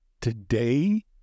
today